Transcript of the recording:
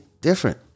different